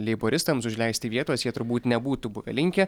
leiboristams užleisti vietos jie turbūt nebūtų buvę linkę